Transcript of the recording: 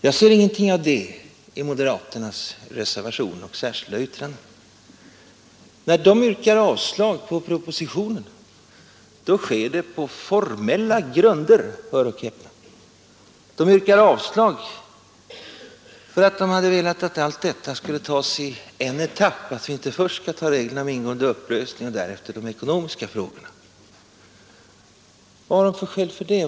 Jag ser ingenting av det i moderaternas reservationer och särskilda yttranden. Nej, när moderaterna yrkar avslag på propositionen, då sker det på formella grunder. De yrkar avslag därför att de hade velat att allt detta skulle tas i en etapp och att vi alltså inte först skall ta reglerna om ingående och upplösning av äktenskap och därefter de ekonomiska frågorna. Vad har de för skäl för det?